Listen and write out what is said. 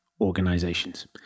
organizations